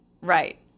Right